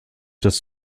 das